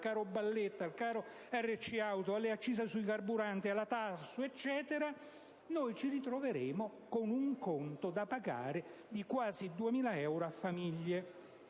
al caro bolletta, al caro RC auto, alle accise sui carburanti, alla TARSU e così via, ci troveremo con un conto da pagare di quasi 2.000 euro a famiglia,